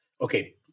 okay